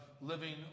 living